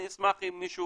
אני אשמח אם מישהו